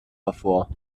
hervor